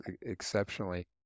exceptionally